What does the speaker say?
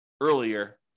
earlier